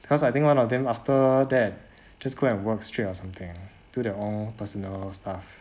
because I think one of them after that just go and work straight or something do their own personal stuff